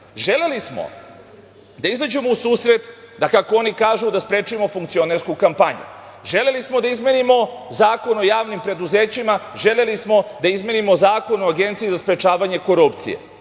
Želeli smo da izađemo u susret, da kako oni kažu, da sprečimo funkcionersku kampanju, želeli smo da izmenimo Zakon o javnim preduzećima, želeli smo da izmenimo Zakon o Agenciji za sprečavanje korupcije.